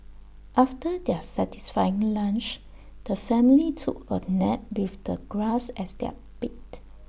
after their satisfying lunch the family took A nap with the grass as their bed